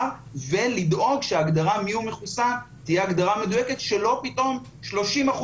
ולדאוג שההגדרה מיהו מחוסן תהיה הגדרה מדויקת ושלא פתאום 30%